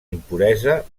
impuresa